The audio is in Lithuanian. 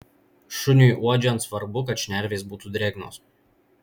šuniui uodžiant svarbu kad šnervės būtų drėgnos